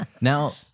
Now